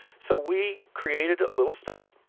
so we created a little study,